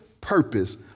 purpose